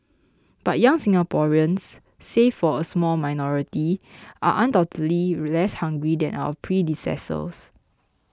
but young Singaporeans save for a small minority are undoubtedly less hungry than our predecessors